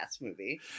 movie